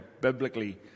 biblically